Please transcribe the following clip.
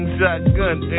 Shotgun